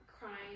crying